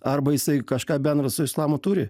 arba jisai kažką bendro su islamu turi